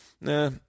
nah